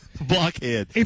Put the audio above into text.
Blockhead